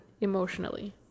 emotionally